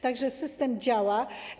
Tak że system działa.